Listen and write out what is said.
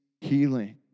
healing